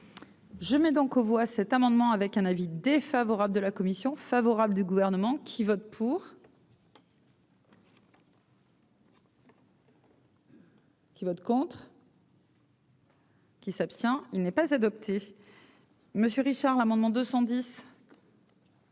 Je mets donc aux voix cet amendement avec un avis défavorable de la commission favorable du gouvernement qui vote pour. Qui s'abstient, il n'est pas adopté. Monsieur Richard, l'amendement 210.